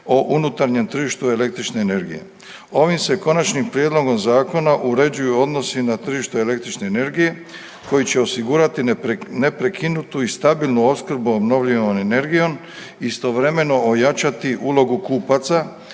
o unutarnjem tržištu električne energije. Ovim se Konačnim prijedlogom zakona uređuju odnosi na tržištu električne energije koji će osigurati neprekinutu i stabilnu opskrbu obnovljivom energijom, istovremeno ojačati ulogu kupaca,